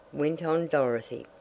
went on dorothy,